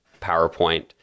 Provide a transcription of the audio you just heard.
PowerPoint